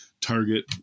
Target